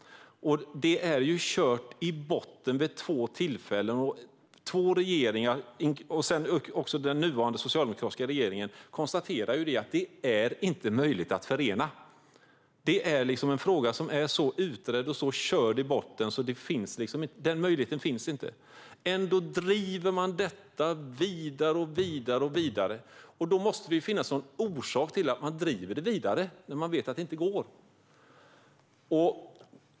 Två regeringar och också den nuvarande socialdemokratiska regeringen konstaterar att detta inte är möjligt att förena med alkoholmonopolet. Det är en fråga som är så utredd och körd i botten att vi vet att någon sådan möjlighet inte finns. Ändå driver man detta vidare. Det måste ju finnas någon orsak till att man driver det vidare när man vet att det inte går.